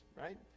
right